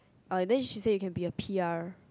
(uh)then she say you can be a P_R